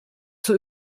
zur